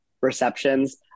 receptions